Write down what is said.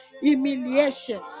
humiliation